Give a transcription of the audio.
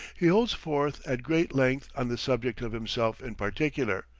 he holds forth at great length on the subject of himself in particular,